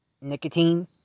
nicotine